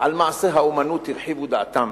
על מעשי האמנות, הרחיבו דעתם.